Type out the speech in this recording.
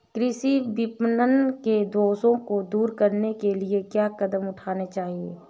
कृषि विपणन के दोषों को दूर करने के लिए क्या कदम उठाने चाहिए?